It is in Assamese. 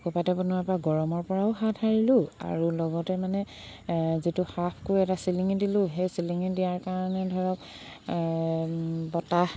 টকৌপাতেৰে বনোৱাৰ পৰা গৰমৰ পৰাও হাত সাৰিলোঁ আৰু লগতে মানে যিটো হাফকৈ এটা চিলিঙি দিলোঁ সেই চিলিঙি দিয়াৰ কাৰণে ধৰক বতাহ